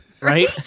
Right